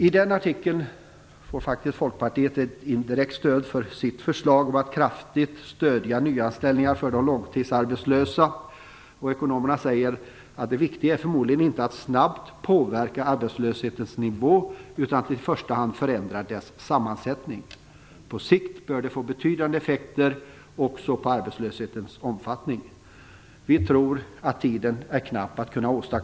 I artikeln får Folkpartiet ett indirekt stöd för förslaget om att kraftigt stödja nyanställningar för de långtidsarbetslösa. Ekonomerna säger: "Det viktiga är förmodligen inte att snabbt påverka arbetslöshetens nivå utan att i första hand förändra dess sammansättning. På sikt bör det få betydande effekter också på arbetslöshetens omfattning. Vi tror att tiden är knapp.